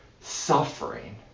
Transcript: suffering